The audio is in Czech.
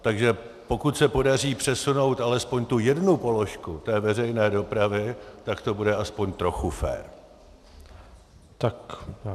Takže pokud se podaří přesunout alespoň tu jednu položku té veřejné dopravy, tak to bude aspoň trochu fér.